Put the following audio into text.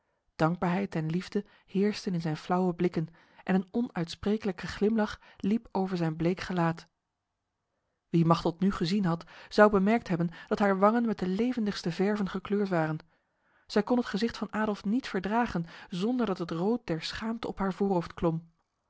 dankbaarheid en liefde heersten in zijn flauwe blikken en een onuitsprekelijke glimlach liep over zijn bleek gelaat wie machteld nu gezien had zou bemerkt hebben dat haar wangen met de levendigste verven gekleurd waren zij kon het gezicht van adolf niet verdragen zonder dat het rood der schaamte op haar voorhoofd klom